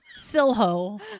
Silho